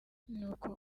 nuko